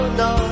no